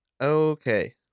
Okay